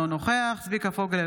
אינו נוכח צביקה פוגל,